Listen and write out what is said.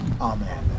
Amen